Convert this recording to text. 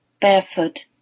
barefoot